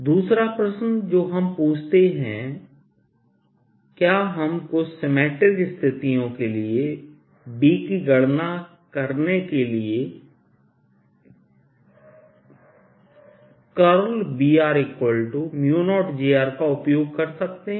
दूसरा प्रश्न जो हम पूछते हैं क्या हम कुछ सिमेट्रिक स्थितियों के लिए B की गणना करने के लिए B0j का उपयोग कर सकते हैं